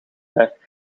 blijft